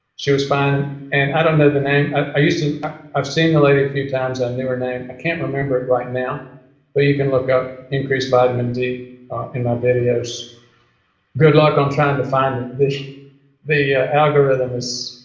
she was fine and i don't know the name i used to i've seen the lady a few times i knew her name i can't remember it right now but you can look up increased vitamin d in my videos good luck on trying to find it this the algorithm is